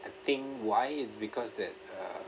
I think why it's because that uh